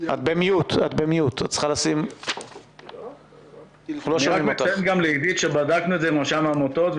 אני רק מציין גם לגיתית שבדקנו את זה עם רשם העמותות,